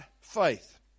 faith